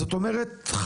זאת אומרת,